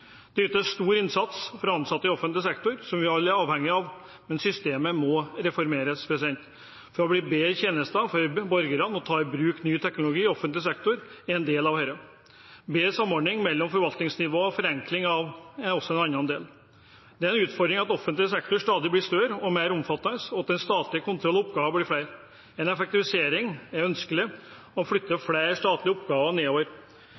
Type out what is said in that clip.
Det ytes stor innsats fra ansatte i offentlig sektor, som vi alle er avhengig av, men systemet må reformeres for å bedre tjenestene for borgerne. Å ta i bruk ny teknologi i offentlig sektor er en del av dette. Bedre samordning mellom forvaltningsnivåer og forenkling er en annen del. Det er en utfordring at offentlig sektor stadig blir større og mer omfattende, og at den statlige kontroll øker og oppgavene blir flere. Det er ønskelig med en effektivisering og å flytte flere statlige oppgaver nedover.